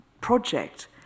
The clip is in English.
project